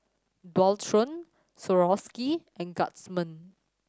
Dualtron Swarovski and Guardsman